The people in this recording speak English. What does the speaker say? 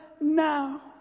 now